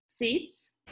seats